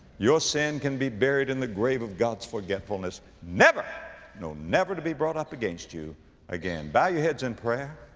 your sin can be buried in the grave of god's forgetfulness, never, no never to be brought up against you again. bow your heads in prayer,